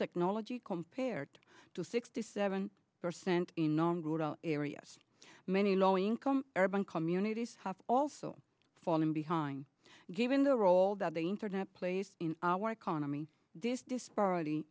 technology compared to sixty seven percent in non rural areas many low income urban communities have also fallen behind given the role that the internet plays in when economy this disparity